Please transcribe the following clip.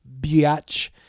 biatch